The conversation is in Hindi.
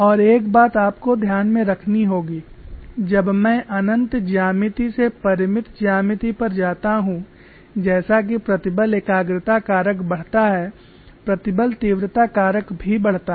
और एक बात आपको ध्यान में रखनी होगी जब मैं अनंत ज्यामिति से परिमित ज्यामिति पर जाता हूं जैसे कि प्रतिबल एकाग्रता कारक बढ़ता है प्रतिबल तीव्रता कारक भी बढ़ता है